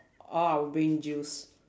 all our brain juice